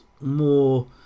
more